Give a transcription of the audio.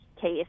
case